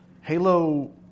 Halo